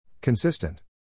Consistent